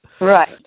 Right